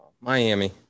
Miami